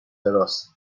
راست